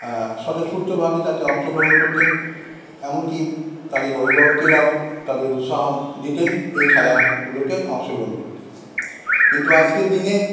স্বতঃস্ফূর্তভাবে তাতে অংশগ্রহণ করতেন এমনকি তাদের অভিভাবকেরাও তাদের উৎসাহ দিতেন এই খেলাগুলোতে অংশ গ্রহণ করতে কিন্তু আজকের দিনে